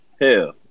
Hell